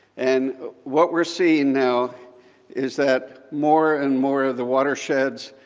and what we're seeing now is that more and more of the watersheds,